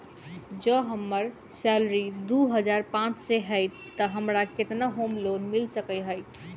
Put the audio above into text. जँ हम्मर सैलरी दु हजार पांच सै हएत तऽ हमरा केतना होम लोन मिल सकै है?